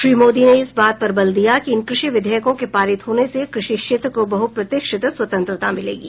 श्री मोदी ने इस बात पर बल दिया कि इन कृषि विधेयकों के पारित होने से कृषि क्षेत्र को बहुप्रतीक्षित स्वतंत्रता मिलेगी